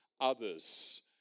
others